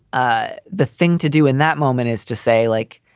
ah the thing to do in that moment is to say, like.